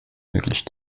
möglich